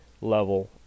level